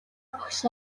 багш